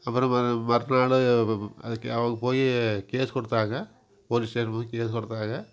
அப்புறம் மறு மறுநாள் அது அவங்க போயி கேஸ் கொடுத்தாங்க போலீஸ் ஸ்டேஷன் போய் கேஸ் கொடுத்தாங்க